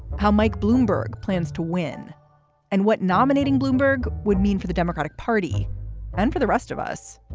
how mike bloomberg plans to win and what nominating bloomberg would mean for the democratic party and for the rest of us.